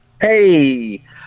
Hey